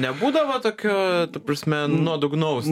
nebūdavo tokio ta prasme nuodugnaus